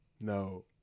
No